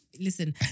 listen